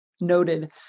Noted